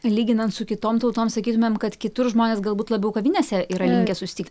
lyginant su kitom tautom sakytumėm kad kitur žmonės galbūt labiau kavinėse yra linkę susitikt